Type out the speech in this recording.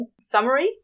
summary